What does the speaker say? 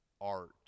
art